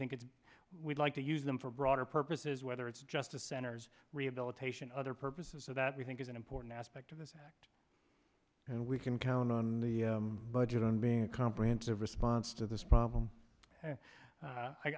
it's we'd like to use them for broader purposes whether it's just the center's rehabilitation other purposes so that we think is an important aspect of this act and we can count on the budget on being a comprehensive response to this problem